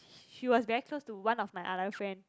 she was very close to one of my other friend